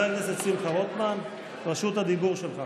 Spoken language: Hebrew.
אני לא רוצה להוציא אותך עכשיו.